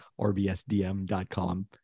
rbsdm.com